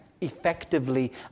effectively